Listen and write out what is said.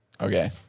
Okay